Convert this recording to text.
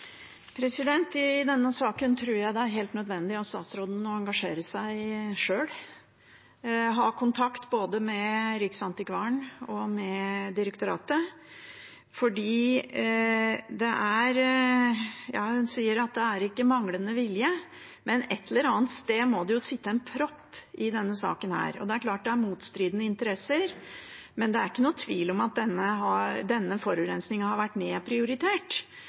helt nødvendig at statsråden engasjerer seg sjøl, har kontakt både med Riksantikvaren og med direktoratet, for hun sier det er ikke manglende vilje, men et eller annet sted må det jo sitte en propp i denne saken. Det er klart det er motstridende interesser, men det er ikke noen tvil om at denne forurensingen har vært nedprioritert,